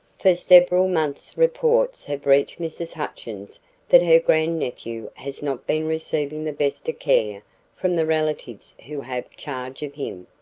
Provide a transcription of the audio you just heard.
for several months reports have reached mrs. hutchins that her grandnephew has not been receiving the best of care from the relatives who have charge of him.